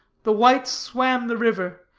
the whites swam the river,